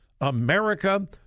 America